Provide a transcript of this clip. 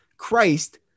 Christ